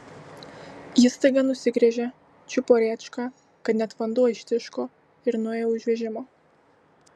ji staiga nusigręžė čiupo rėčką kad net vanduo ištiško ir nuėjo už vežimo